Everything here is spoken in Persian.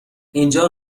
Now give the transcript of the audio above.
اینجا